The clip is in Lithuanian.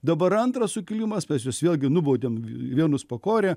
dabar antras sukilimas mes juos vėlgi nubaudėm vienus pakorė